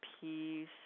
peace